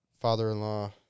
father-in-law